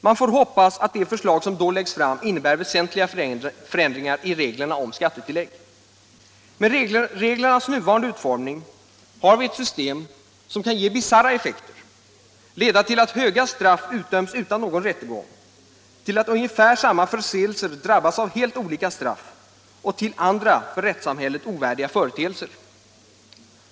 Man får hoppas att det förslag som då läggs fram innebär väsentliga förändringar i reglerna om skattetillägg. Med reglernas nuvarande utformning har vi ett system som kan ge bisarra effekter, leda till att höga straff utdöms utan någon rättegång, till att ungefär samma förseelser drabbas av helt olika straff och till andra för rättssamhället ovärdiga företeelser.